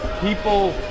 people